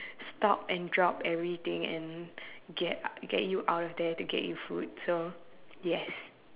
stop and drop everything and get get you out of there to get you food so yes